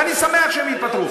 ואני שמח שהם התפטרו.